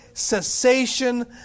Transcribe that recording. Cessation